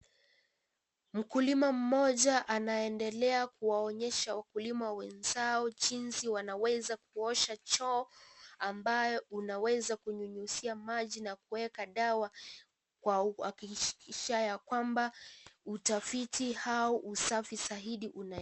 Mkulima mmoja, anaendelea kuwaonyesha wakulima wenzao, jinsi wanaweza kuosha choo, ambayo unaweza kunyunyuzia maji na kueka dawa kwa kuhakikisha ya kwamba ,utafiti au usafi zaidi unaende..,